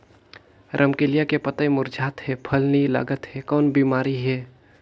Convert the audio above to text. रमकलिया के पतई मुरझात हे फल नी लागत हे कौन बिमारी हे?